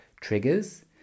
triggers